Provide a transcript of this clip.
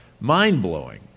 mind-blowing